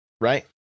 right